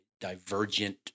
divergent